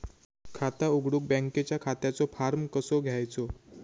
खाता उघडुक बँकेच्या खात्याचो फार्म कसो घ्यायचो?